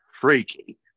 freaky